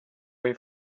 way